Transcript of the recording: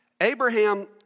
Abraham